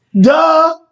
Duh